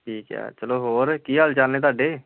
ਠੀਕ ਹੈ ਚਲੋ ਹੋਰ ਕੀ ਹਾਲ ਚਾਲ ਨੇ ਤੁਹਾਡੇ